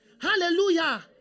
Hallelujah